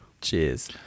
Cheers